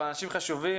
אבל אנשים חשובים,